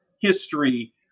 history